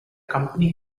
company